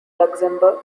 luxembourg